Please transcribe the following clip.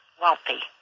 wealthy